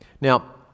now